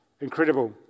Incredible